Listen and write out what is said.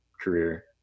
career